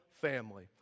family